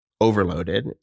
overloaded